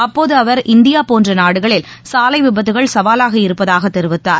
அப்போதுஅவர் இந்தியாபோன்றநாடுகளில் சாலைவிபத்துக்கள் சவாலாக இருப்பதாகதெரிவித்தார்